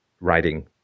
writing